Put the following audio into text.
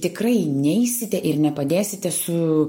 tikrai neisite ir nepadėsite su